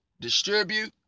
distribute